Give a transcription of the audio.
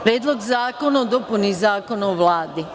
Predlog zakona o dopuni Zakona o Vladi.